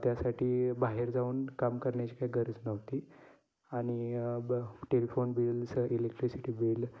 त्यासाठी बाहेर जाऊन काम करण्याची काही गरज नव्हती आणि टेलिफोन बिल्स इलेक्ट्रिसिटी बिल